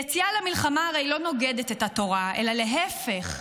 יציאה למלחמה הרי לא נוגדת את התורה אלא להפך,